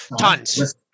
tons